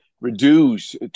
reduce